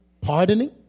pardoning